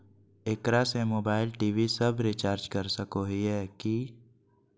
एकरा से mobile TV सब रिचार्ज कर सको हियै की?